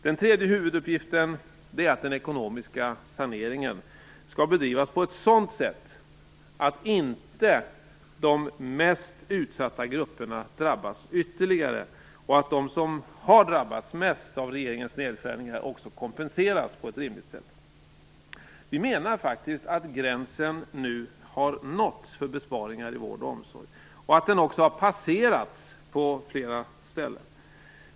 Den tredje huvuduppgiften är att den ekonomiska saneringen skall bedrivas på ett sådant sätt att inte de mest utsatta grupperna drabbas ytterligare, och att de som har drabbats mest av regeringens nedskärningar också kompenseras på ett rimligt sätt. Vi menar faktiskt att gränsen för besparingar inom vård och omsorg nu är nådd. Den har också passerats på flera punkter.